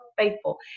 faithful